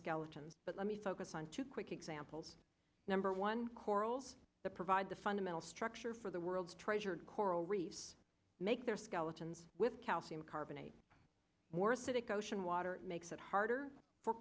skeletons but let me focus on two quick examples number one corals the provide the fundamental structure for the world's treasured coral reefs make their skeletons with calcium carbonate more acidic ocean water makes it harder for